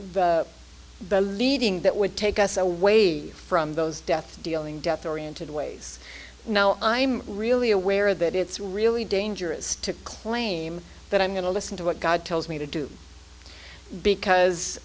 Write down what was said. for the believing that would take us away from those death dealing death oriented ways now i'm really aware that it's really dangerous to claim that i'm going to listen to what god tells me to do because